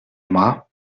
aimera